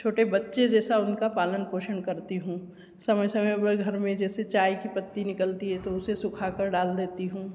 छोटे बच्चे जैसा उनका पालन पोषण करती हूँ समय समय पर घर में जैसे चाय की पत्ती निकलती है तो उसे सूखा कर डाल देती हूँ